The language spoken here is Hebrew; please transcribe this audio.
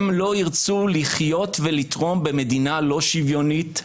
הם לא ירצו לחיות ולתרום במדינה לא שוויונית,